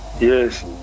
Yes